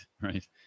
right